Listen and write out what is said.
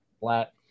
flat